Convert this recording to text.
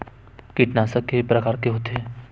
कीटनाशक के प्रकार के होथे?